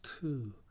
two